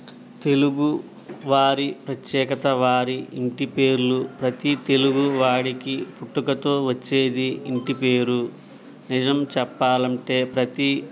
తెలుగు వారి ప్రత్యేకత వారి ఇంటి పేర్లు ప్రతి తెలుగు వాడికి పుట్టుకతో వచ్చేది ఇంటి పేరు నిజం చెప్పాలి అంటే ప్రతి